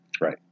Right